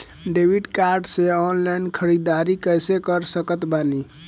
Debit card से online ख़रीदारी कैसे कर सकत बानी?